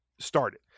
started